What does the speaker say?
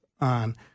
on